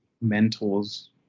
mentors